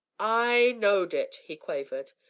i knowed it! he quavered.